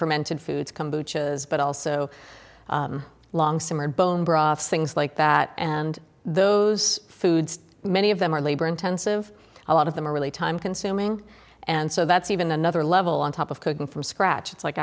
fermented foods but also long simmered bone broths things like that and those foods many of them are labor intensive a lot of them are really time consuming and so that's even another level on top of cooking from scratch it's like